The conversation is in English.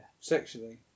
Sexually